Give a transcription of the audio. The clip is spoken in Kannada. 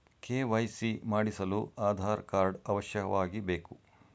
ಕೆ.ವೈ.ಸಿ ಮಾಡಿಸಲು ಆಧಾರ್ ಕಾರ್ಡ್ ಅವಶ್ಯವಾಗಿ ಬೇಕು